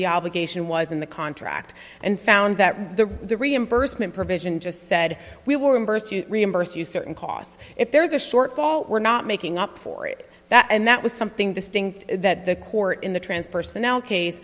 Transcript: the obligation was in the contract and found that the the reimbursement provision just said we were to reimburse you certain costs if there is a shortfall we're not making up for it and that was something distinct that the court in the transpersonal case